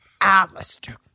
Alistair